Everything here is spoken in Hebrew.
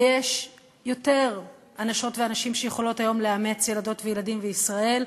ויש יותר אנשות ואנשים שיכולות היום לאמץ ילדות וילדים בישראל,